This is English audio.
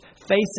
facing